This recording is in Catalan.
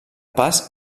pas